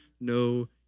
no